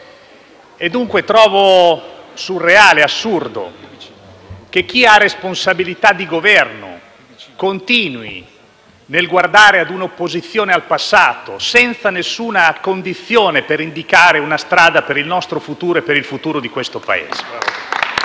dunque, surreale, assurdo, che chi ha responsabilità di Governo continui a guardare a un'opposizione al passato, senza alcuna condizione per indicare una strada per il nostro futuro e per il futuro di questo Paese.